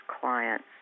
clients